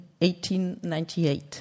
1898